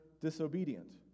disobedient